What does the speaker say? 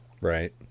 right